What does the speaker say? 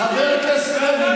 חבר הכנסת לוי.